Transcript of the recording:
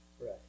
Right